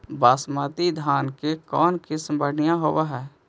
बासमती धान के कौन किसम बँढ़िया होब है?